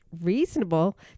reasonable